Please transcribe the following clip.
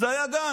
זה היה גנץ.